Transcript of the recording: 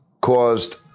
caused